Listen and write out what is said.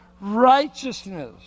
righteousness